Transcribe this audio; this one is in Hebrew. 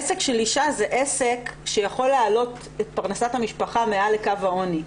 עסק של אישה זה עסק שיכול להעלות את פרנסת המשפחה מעל לקו העוני.